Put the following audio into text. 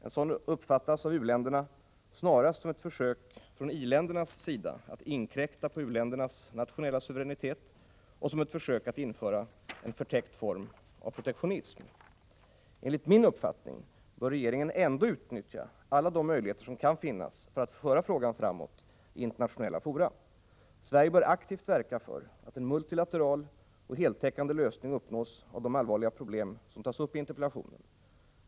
En sådan uppfattas av u-länderna snarast som ett försök från i-ländernas sida att inkräkta på u-ländernas nationella suveränitet och som ett försök att införa en förtäckt form av protektionism. Enligt min uppfattning bör regeringen ändå utnyttja alla de möjligheter som kan finnas för att föra frågan framåt i internationella fora. Sverige bör aktivt verka för att en multilateral och heltäckande lösning uppnås av de allvarliga problem som tas upp i interpellationen.